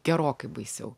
gerokai baisiau